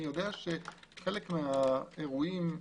חלק מהאירועים,